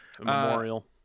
memorial